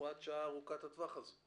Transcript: מהוראת השעה ארוכת הטווח הזו.